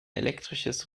elektrisches